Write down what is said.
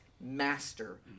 master